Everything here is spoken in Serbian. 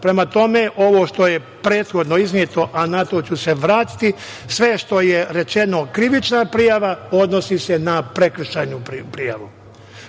Prema tome, ovo što je prethodno izneto, a na to ću se vratiti, sve što je rečeno krivična prijava odnosi se na prekršajnu prijavu